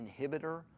inhibitor